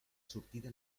sortida